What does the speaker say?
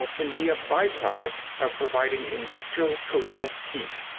can be a byproduct of providing industrial process heat.